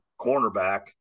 cornerback